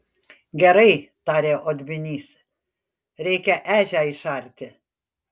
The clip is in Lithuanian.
gerai tarė odminys reikia ežią išarti